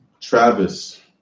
Travis